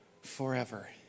forever